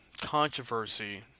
controversy